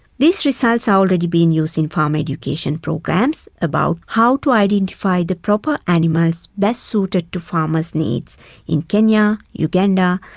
these results are already being used in farm education programs about how to identify the proper animals best suited to farmers' needs in kenya, uganda,